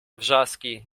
wrzaski